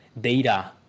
data